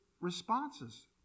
responses